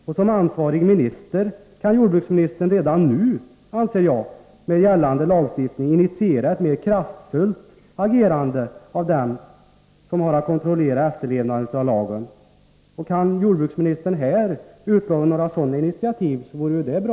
Som ansvarig minister kan jordbruksministern redan nu med gällande lagstiftning initiera ett mer kraftfullt agerande av dem som har att kontrollera efterlevnaden av lagen. Kan jordbruksministern här utlova några sådana initiativ vore det bra.